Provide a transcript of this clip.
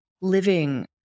living